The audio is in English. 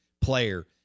player